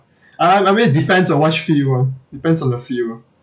I I I mean depends on which field you are depends on the field